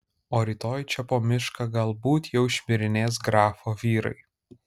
o rytoj čia po mišką galbūt jau šmirinės grafo vyrai